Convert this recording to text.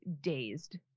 dazed